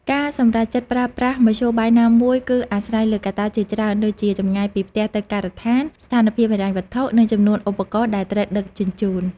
ការសម្រេចចិត្តប្រើប្រាស់មធ្យោបាយណាមួយគឺអាស្រ័យលើកត្តាជាច្រើនដូចជាចម្ងាយពីផ្ទះទៅការដ្ឋាន ស្ថានភាពហិរញ្ញវត្ថុ និងចំនួនឧបករណ៍ដែលត្រូវដឹកជញ្ជូន។